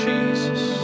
Jesus